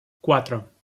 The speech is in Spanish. cuatro